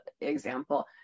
example